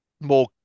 more